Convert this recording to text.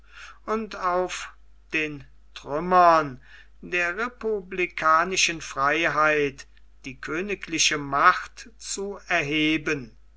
und auf den trümmern der republikanischen freiheit die königliche macht zu erheben